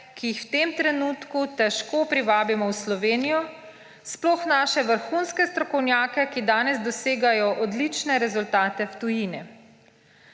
ki jih v tem trenutku težko privabimo v Slovenijo, sploh naše vrhunske strokovnjake, ki danes dosegajo odlične rezultate v tujini.